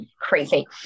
Crazy